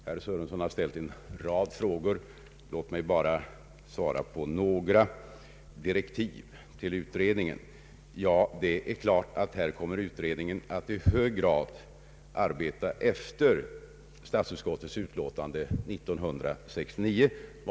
Herr Sörenson har ställt en rad frågor. Låt mig bara svara på några. Han frågar efter de direktiv som den tillsatta utredningen har fått. Det är klart att utredningen i hög grad kommer att arbeta efter de riktlinjer som angavs i statsutskottets utlåtande år 1969.